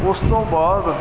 ਉਸ ਤੋਂ ਬਾਅਦ